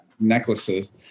necklaces